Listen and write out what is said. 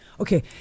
Okay